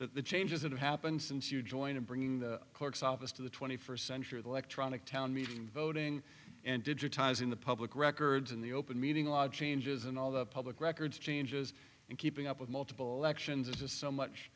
the changes that have happened since you joined in bringing the clerk's office to the twenty first century the electronic town meeting voting and digitizing the public records in the open meeting a lot of changes and all the public records changes and keeping up with multiple elections is just so much